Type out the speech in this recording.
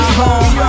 home